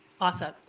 Awesome